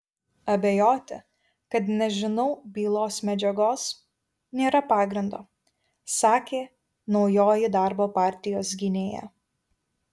abejoti kad nežinau bylos medžiagos nėra pagrindo sakė naujoji darbo partijos gynėja